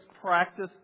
practice